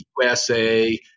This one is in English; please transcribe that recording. USA